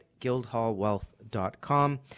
guildhallwealth.com